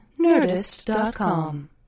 nerdist.com